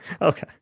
Okay